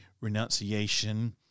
renunciation